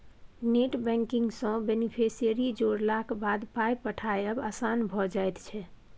net banking सँ beneficiary जोड़लाक बाद पाय पठायब आसान भऽ जाइत छै